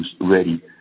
ready